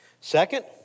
Second